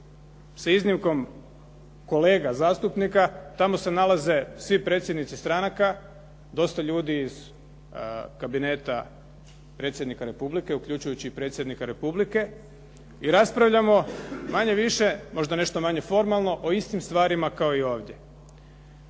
sa iznimkom kolega zastupnika, tamo se nalaze svi predsjednici stranaka, dosta ljudi iz Kabineta Predsjednika Republike uključujući i Predsjednika Republike i raspravljamo manje-više, možda nešto manje formalno o istim stvarima kao i ovdje.